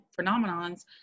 phenomenons